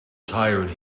tired